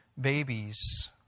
babies